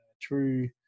True